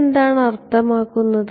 ഇത് എന്താണ് അർത്ഥമാക്കുന്നത്